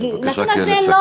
כי הנתון הזה,